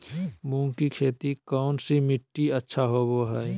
मूंग की खेती कौन सी मिट्टी अच्छा होबो हाय?